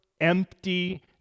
empty